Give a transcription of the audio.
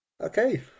Okay